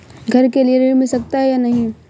घर के लिए ऋण मिल सकता है या नहीं?